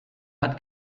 hat